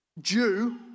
Jew